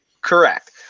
Correct